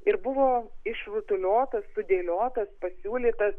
ir buvo išrutuliotas sudėliotas pasiūlytas